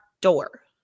door